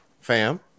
fam